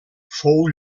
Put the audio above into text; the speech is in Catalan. fou